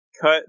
cut